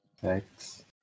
Thanks